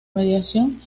medición